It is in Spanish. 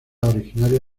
originaria